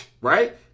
right